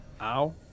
Ow